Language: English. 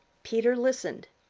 peter listened.